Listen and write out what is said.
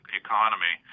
economy